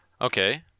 Okay